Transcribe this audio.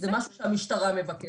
זה משהו שהמשטרה מבקשת.